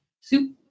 soup